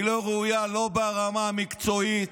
היא לא ראויה לא ברמה המקצועית,